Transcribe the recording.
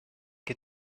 que